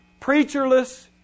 preacherless